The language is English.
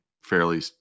fairly